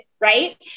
right